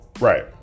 Right